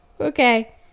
Okay